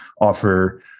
offer